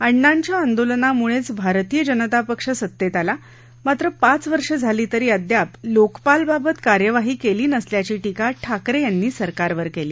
अण्णांच्या आंदोलनामुळेच भारतीय जनता पक्ष सत्तेत आला मात्र पाच वर्ष झाली तरी अद्याप लोकपालबाबत कार्यवाही केली नसल्याची टीका ठाकरे यांनी सरकारवर केली